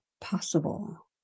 possible